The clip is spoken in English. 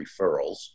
Referrals